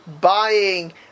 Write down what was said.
Buying